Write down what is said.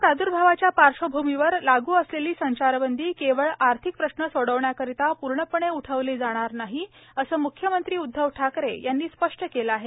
corona प्रादूर्भावाच्या पार्श्वभूमीवर लागू असलेली संचारबंदी केवळ आर्थिक प्रश्न सोडवण्याकरता पूर्णपणे उठवली जाणार नाही असं मुख्यमंत्री उद्धव ठाकरे यांनी स्पष्ट केलं आहे